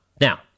Now